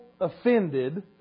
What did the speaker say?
offended